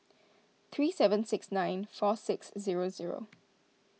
three seven six nine four six zero zero